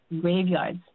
graveyards